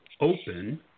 open